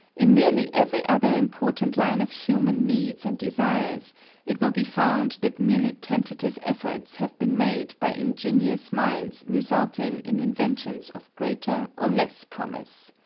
in nearly every other important line of human needs and desires it will be found that merely tentative efforts have been made by ingenious minds resulting in inventions of greater or less promise.